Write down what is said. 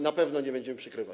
na pewno nie będziemy przykrywać.